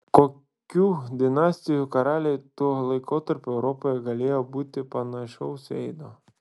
kokių dinastijų karaliai tuo laikotarpiu europoje galėjo būti panašaus veido